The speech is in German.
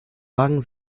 wagen